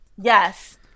Yes